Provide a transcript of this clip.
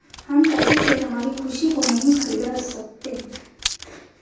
हम पैसे से हमारी खुशी को नहीं खरीदा सकते है